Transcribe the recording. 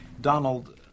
Donald